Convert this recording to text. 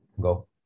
Go